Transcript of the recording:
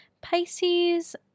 Pisces